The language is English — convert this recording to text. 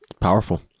Powerful